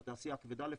של התעשייה הכבדה לפחות,